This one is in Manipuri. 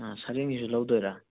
ꯁꯔꯦꯡꯁꯤꯁꯨ ꯂꯧꯗꯣꯏꯔꯥ